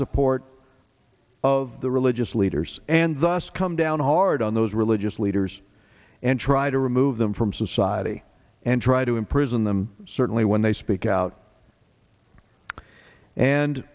support of the religious leaders and thus come down hard on those religious leaders and try to remove them from society and try to imprison them certainly when they speak out and